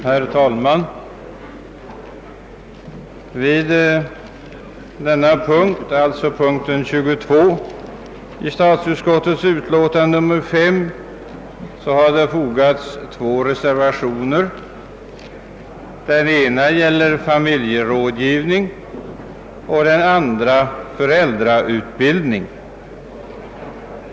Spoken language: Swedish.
Herr talman! Till punkten 22 i statsutskottets utlåtande nr 5 har fogats två reservationer. Den ena gäller familjerådgivning och den andra föräldrautbildning.